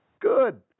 Good